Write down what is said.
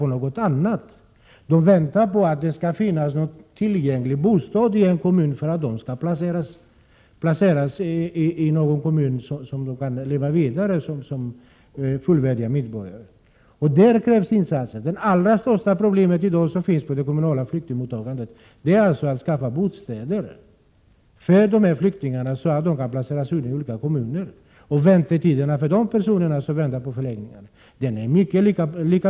De väntar på att få bostad i någon kommun, där de kan leva vidare som fullvärdiga medborgare. Här krävs det insatser. Det största problemet i dag när det gäller flyktingmottagandet är att skaffa bostäder. Tiden i väntan på en bostad är lika påfrestande som väntan av något annat skäl.